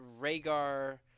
Rhaegar